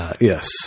Yes